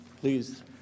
please